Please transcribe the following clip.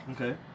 Okay